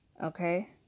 Okay